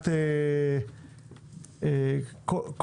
כל